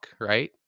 right